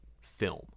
film